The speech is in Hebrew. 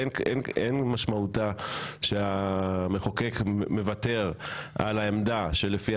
אין משמעותה שהמחוקק מוותר על העמדה לפיה